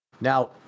Now